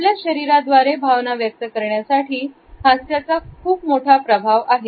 आपल्या शरीराद्वारे भावना व्यक्त करण्यासाठी हास्याचा खूप मोठा प्रभाव आहे